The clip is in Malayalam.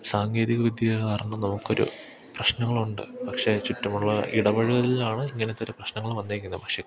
സാങ്കേതികവിദ്യ കാരണം നമുക്കൊരു പ്രശ്നങ്ങളുണ്ട് പക്ഷേ ചുറ്റുമുള്ള ഇടപഴകലിലാണ് ഇങ്ങനെത്തൊരു പ്രശ്നങ്ങൾ വന്നേക്കുന്നത് പക്ഷേ